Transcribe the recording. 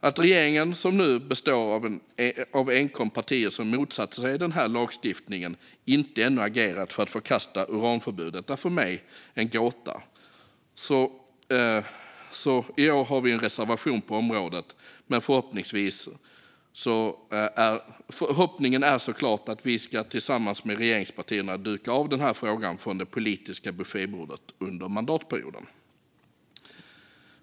Att regeringen, som nu består av enkom partier som motsatte sig den här lagstiftningen, ännu inte agerat för att förkasta uranförbudet är för mig en gåta. I år har vi därför en reservation på området, men förhoppningen är såklart att vi, tillsammans med regeringspartierna, ska duka av den här frågan från det politiska buffébordet under mandatperioden.